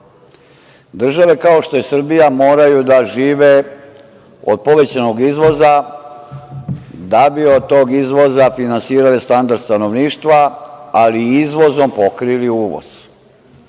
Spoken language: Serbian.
Države kao što je Srbija moraju da žive od povećanog izvoza da bi od tog izvoza finansirale standard stanovništva, ali i izvozom pokrili